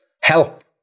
help